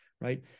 right